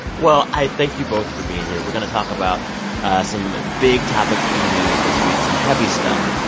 well, i thank you both for being here. we're going to talk about some big topics in the news this week, some heavy stuff.